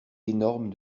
énorme